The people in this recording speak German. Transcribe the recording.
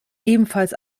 ebenfalls